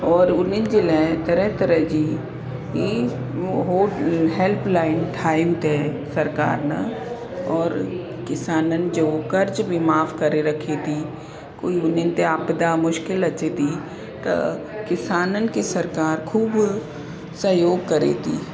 और उन्हनि जे लाइ तरह तरह जी उहो हेल्पलाइन ठाहिनि त सरकारि न और किसाननि जो कर्ज़ बि माफ़ु करे रखे थी कोई हुननि ते आपदा मुश्किलु अचे थी त किसाननि खे सरकारि ख़ूबु सहयोग करे थी